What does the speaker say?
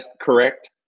correct